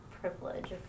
privilege